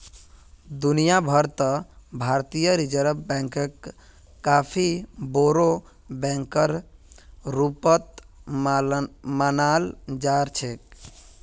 दुनिया भर त भारतीय रिजर्ब बैंकक काफी बोरो बैकेर रूपत मानाल जा छेक